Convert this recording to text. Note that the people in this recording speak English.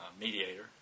mediator